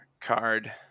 card